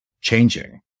changing